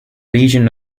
region